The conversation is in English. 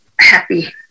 happy